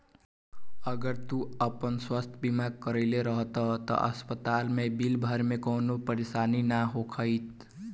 अगर तू आपन स्वास्थ बीमा करवले रहत त अभी तहरा अस्पताल के बिल भरे में कवनो परेशानी ना होईत